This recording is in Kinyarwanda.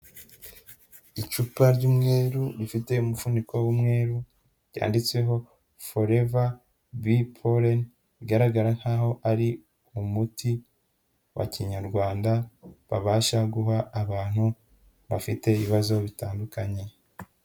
Icupa ry'umweru rifite umufuniko w'umweru ryanditseho Forever Bee Pollen, bigaragara nk'aho ari umuti wa kinyarwanda, babasha guha abantu bafite ibibazo bitandukanye.